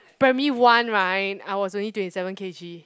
primary one right I was only twenty seven K_G